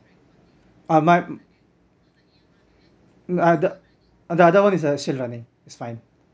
uh my uh the the other one is actually running it's fine